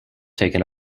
taken